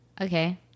Okay